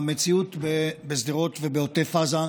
המציאות בשדרות ובעוטף עזה.